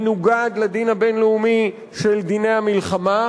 מנוגד לדין הבין-לאומי של דיני המלחמה,